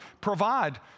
provide